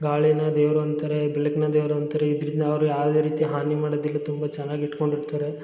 ಗಾಳಿನ ದೇವರು ಅಂತರೆ ಬೆಳಕನ್ನ ದೇವರು ಅಂತರೆ ಇದರಿಂದ ಅವರು ಯಾವುದೇ ರೀತಿ ಹಾನಿ ಮಾಡದಿಲ್ಲ ತುಂಬ ಚೆನ್ನಾಗಿ ಇಟ್ಕೊಂಡಿರ್ತಾರೆ